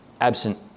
absent